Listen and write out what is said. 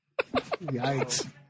Yikes